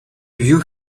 view